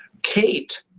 kate